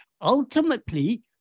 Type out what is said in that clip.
ultimately